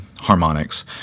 harmonics